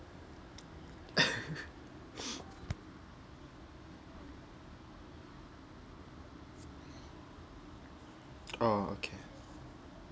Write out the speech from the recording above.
orh okay